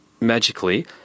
magically